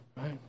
right